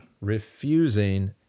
refusing